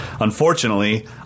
Unfortunately